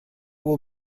will